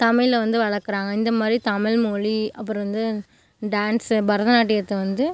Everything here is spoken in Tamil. தமிழை வந்து வளர்க்குறாங்க இந்த மாதிரி தமிழ் மொழி அப்புறம் வந்து டான்ஸு பரதநாட்டியத்தை வந்து